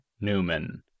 Newman